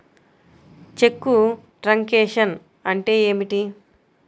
చెక్కు truncation అంటే ఏమిటి?